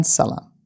salam